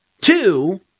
Two